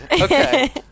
Okay